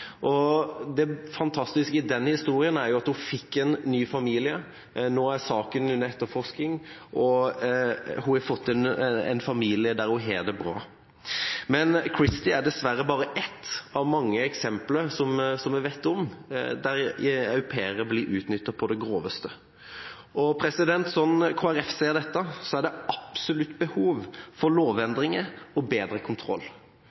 Det fantastiske i denne historien er at hun fikk en ny familie. Nå er saken under etterforskning, og hun har fått en familie der hun har det bra. Men Christy er dessverre bare ett av mange eksempler som vi vet om der au pairer blir utnyttet på det groveste. Slik Kristelig Folkeparti ser det, er det absolutt behov for lovendringer og bedre kontroll,